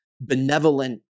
benevolent